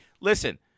listen